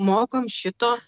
mokom šito